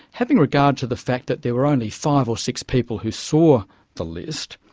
having regard to the fact that there were only five or six people who saw the list,